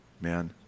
man